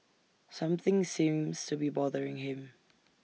something seems to be bothering him